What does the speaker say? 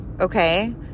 okay